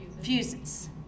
fuses